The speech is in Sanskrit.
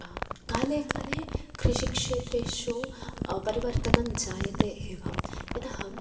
काले काले कृषिक्षेत्रेषु परिवर्तनं जायते एव यतः